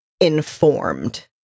informed